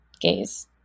gaze